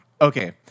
Okay